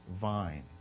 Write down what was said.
vine